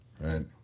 right